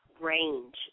range